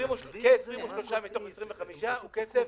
כ-23 מתוך 25, הוא כסף